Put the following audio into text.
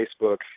Facebook